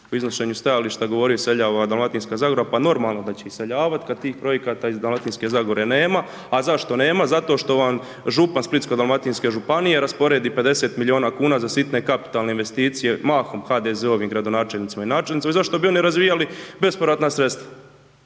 u iznošenju stajališta govorio iseljava Dalmatinska zagora, pa normalno da će iseljavati, kad ti projekata iz Dalmatinske zagore nema. A zašto nema? Zato što vam župan Splitsko-dalmatinske županije rasporedi 50 milijuna kuna za sitne kapitalne investicije, mahom HDZ-ovim gradonačelnicima i načelnicima i zašto bi oni razvijali bespovratna sredstva?